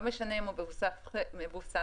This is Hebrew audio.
לא משנה אם הוא מבוסס חפץ.